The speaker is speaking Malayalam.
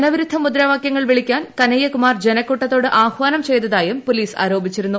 ജനവിരുദ്ധ മുദ്രാവാക്യങ്ങൾ വിളിയ്ക്കാൻ കനയ്യകുമാർ ജനക്കൂട്ടത്തോട് ആഹ്വാനം ചെയ്തതായും പോലീസ് ആരോപിച്ചിരുന്നു